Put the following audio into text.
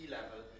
level